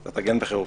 אתה תגן בחירוף נפש.